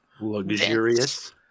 Luxurious